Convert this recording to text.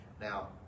Now